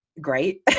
great